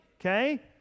okay